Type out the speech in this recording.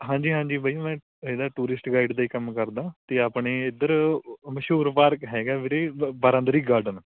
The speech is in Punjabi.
ਹਾਂਜੀ ਹਾਂਜੀ ਬਾਈ ਮੈਂ ਇਹਦਾ ਟੂਰਿਸਟ ਗਾਈਡ ਦਾ ਹੀ ਕੰਮ ਕਰਦਾ ਅਤੇ ਆਪਣੇ ਇੱਧਰ ਮਸ਼ਹੂਰ ਪਾਰਕ ਹੈਗਾ ਵੀਰੇ ਬ ਬਾਰਾਦਰੀ ਗਾਰਡਨ